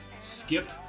skip